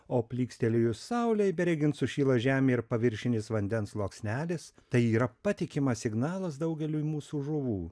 o plykstelėjus saulei beregint sušyla žemė ir paviršinis vandens sluoksnelis tai yra patikimas signalas daugeliui mūsų žuvų